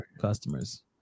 customers